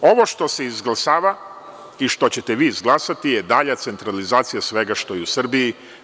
Ovo što se izglasava i što ćete vi izglasati je dalja centralizacija svega što je u Srbiji.